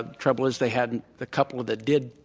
ah trouble is they hadn't the couple that did,